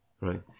Right